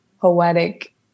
poetic